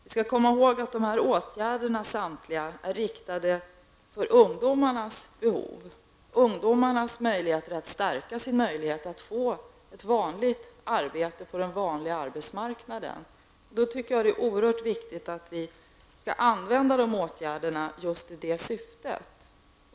Vi skall komma ihåg att samtliga dessa åtgärder är inriktade på ungdomarnas behov och på att stärka deras möjligheter att få ett arbete på den reguljära arbetsmarknaden. Då tycker jag att det är oerhört viktigt att vi använder åtgärderna just i det syftet.